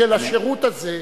השירות הזה.